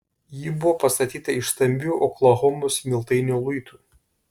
ji buvo pastatyta iš stambių oklahomos smiltainio luitų